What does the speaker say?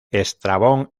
estrabón